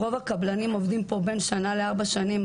רוב הקבלנים עובדים פה בין שנה ל-4 שנים,